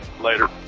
Later